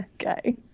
Okay